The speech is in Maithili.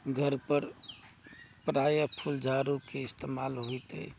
घरपर प्रायः फूलझाड़ूके इस्तेमाल होइत अछि